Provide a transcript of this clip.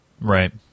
Right